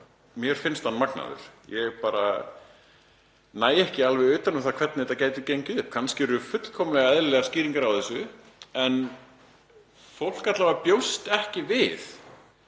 mér finnst hann magnaður. Ég bara næ ekki alveg utan um það hvernig þetta getur gengið upp. Kannski eru fullkomlega eðlilegar skýringar á þessu en fólk bjóst alla vega ekki við